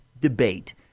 debate